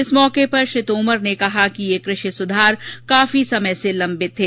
इस अवसर पर श्री तोमर ने कहा कि ये कृ षि सुधार काफी समय से लंबित थे